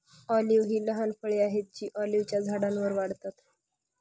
olive ही लहान फळे आहेत जी ऑलिव्हच्या झाडांवर वाढतात